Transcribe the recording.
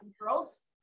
girls